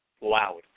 loud